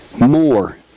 more